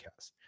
podcast